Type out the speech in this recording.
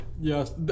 Yes